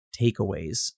takeaways